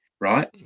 Right